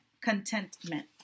contentment